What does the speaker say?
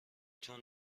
تون